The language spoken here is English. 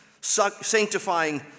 sanctifying